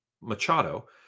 Machado